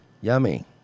Yummy